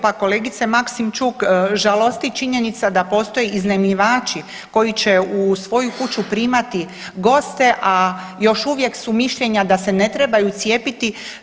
Pa kolegice Maksimčuk žalosti činjenica da postoje iznajmljivači koji će u svoju kuću primati goste, a još uvijek su mišljenja da se ne trebaju cijepiti.